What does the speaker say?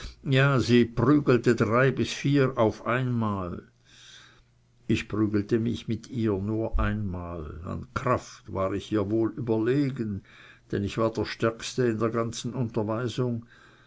ja sie prügelte drei bis vier auf einmal ich prügelte mich mit ihr nur einmal an kraft war ich ihr wohl überlegen denn ich war der stärkste in der ganzen unterweisung